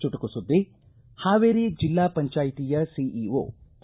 ಚುಟುಕು ಸುದ್ದಿ ಹಾವೇರಿ ಜಿಲ್ಲಾ ಪಂಚಾಯ್ತಿಯ ಸಿಇಓ ಕೆ